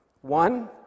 One